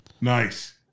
Nice